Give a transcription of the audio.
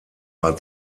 war